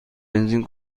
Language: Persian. بنزین